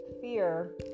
fear